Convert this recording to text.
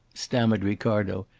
stammered ricardo,